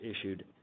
issued